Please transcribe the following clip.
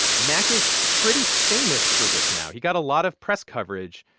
mack is pretty famous for this now. he got a lot of press coverage.